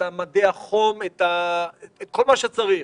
את מדי החום וכל מה שצריך,